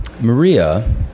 Maria